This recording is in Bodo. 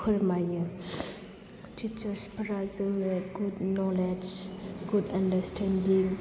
फोरमायो टिचार्स फोरा जोंनो गुद न'लेज गुद आण्डारस्टेण्डिं